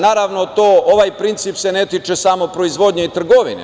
Naravno, ovaj princip se ne tiče samo proizvodnje i trgovine.